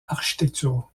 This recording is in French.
architecturaux